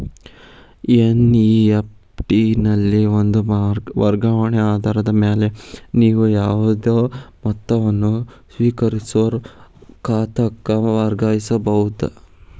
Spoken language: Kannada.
ಎನ್.ಇ.ಎಫ್.ಟಿ ನಲ್ಲಿ ಒಂದ ವರ್ಗಾವಣೆ ಆಧಾರದ ಮ್ಯಾಲೆ ನೇವು ಯಾವುದೇ ಮೊತ್ತವನ್ನ ಸ್ವೇಕರಿಸೋರ್ ಖಾತಾಕ್ಕ ವರ್ಗಾಯಿಸಬಹುದ್